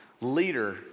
leader